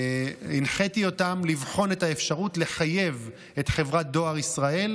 הנחיתי אותם לבחון את האפשרות לחייב את חברת דואר ישראל